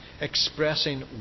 expressing